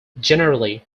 generally